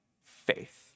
faith